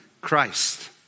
Christ